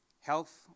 health